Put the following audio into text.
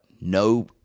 no